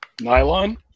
nylon